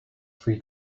free